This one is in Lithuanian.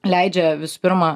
leidžia visų pirma